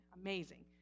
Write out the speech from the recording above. Amazing